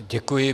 Děkuji.